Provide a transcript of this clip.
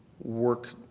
work